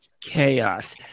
chaos